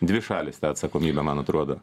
dvi šalys tą atsakomybę man atrodo